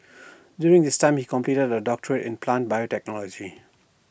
during this time he completed A doctorate in plant biotechnology